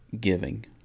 giving